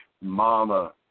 Mama